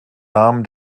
namen